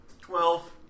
Twelve